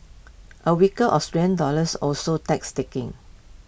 A weaker Australian dollars also takings